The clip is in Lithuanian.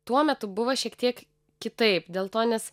tuo metu buvo šiek tiek kitaip dėl to nes